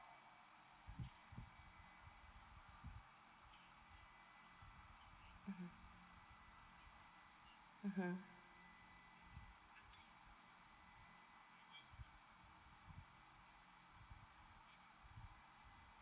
mmhmm